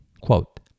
quote